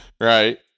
Right